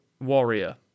warrior